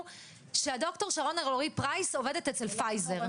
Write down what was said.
שהד"ר שרון אלרעי-פרייס עובדת אצל פייזר.